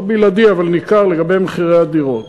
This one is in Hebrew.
לא בלעדי, אבל ניכר, על מחירי הדירות.